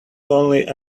only